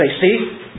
see